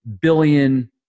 billion